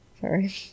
sorry